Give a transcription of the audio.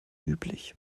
üblich